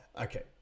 okay